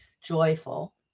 joyful